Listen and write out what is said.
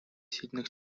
сильный